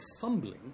fumbling